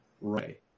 Right